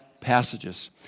passages